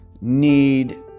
need